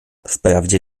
wprawdzie